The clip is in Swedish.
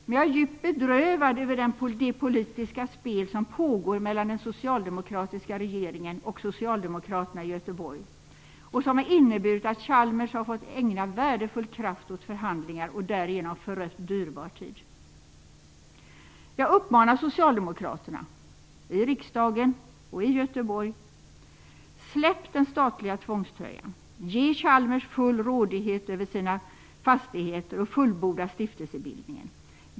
Men jag är djupt bedrövad över det politiska spel som pågår mellan den socialdemokratiska regeringen och socialdemokraterna i Göteborg och som har inneburit att Chalmers har fått ägna värdefull kraft åt förhandlingar och därigenom förött dyrbar tid. Jag uppmanar socialdemokraterna i riksdagen och i Göteborg: Släpp den statliga tvångströjan, ge Chalmers full rådighet över sina fastigheter och fullborda stiftelsebildningen.